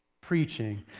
preaching